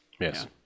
Yes